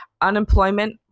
unemployment